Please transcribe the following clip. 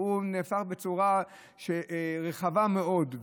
והיא נעשית בצורה רחבה מאוד,